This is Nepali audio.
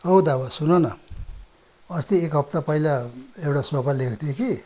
औ धामा सुनन अस्ति एक हप्ता पहिला एउटा सोफा लिएको थिएँ कि